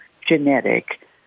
genetic